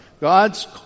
God's